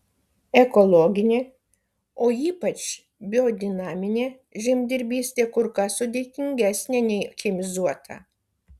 ekologinė o ypač biodinaminė žemdirbystė kur kas sudėtingesnė nei chemizuota